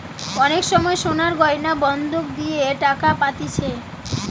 অনেক সময় সোনার গয়না বন্ধক দিয়ে টাকা পাতিছে